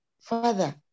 Father